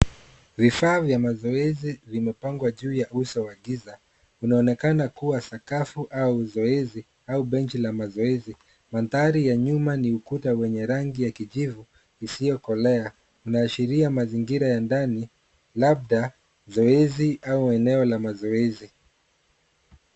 Vifaa vya mazoezi vimepangwa juu ya uso wa giza. Unaonekana kuwa sakafu au zoezi au benchi la mazoezi. Mandhari ya nyuma ni ukuta wenye rangi ya kijivu isiyokolea. Inaashiria mazingira ya ndani labda zoezi au eneo la mazoezi.